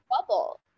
bubble